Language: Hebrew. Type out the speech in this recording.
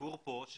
הסיפור פה הוא